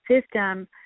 system